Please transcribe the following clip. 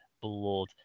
blood